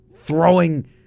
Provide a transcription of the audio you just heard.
throwing